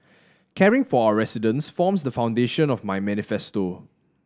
caring for our residents forms the foundation of my manifesto